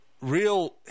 real